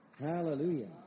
Hallelujah